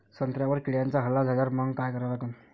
संत्र्यावर किड्यांचा हल्ला झाल्यावर मंग काय करा लागन?